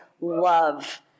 love